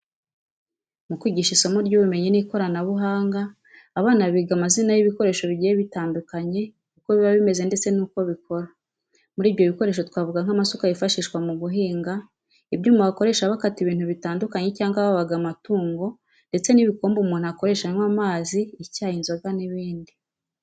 Mu kwigisha isomo ry'ubumenyi n'ikoranabuhanga, abana biga amazina y'ibikoresho bigiye bitandukanye, uko biba bimeze ndetse n'uko bikora. Muri ibyo bikoresho twavuga nk'amasuka yifashishwa mu guhinga, ibyuma bakoresha bakata ibintu bitandukanye cyangwa babaga amatungo ndetse n'ibikombe umuntu akoresha anywa amazi, icyayi, inzoga n'ibindi.